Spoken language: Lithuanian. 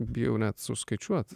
bijau net suskaičiuot